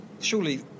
surely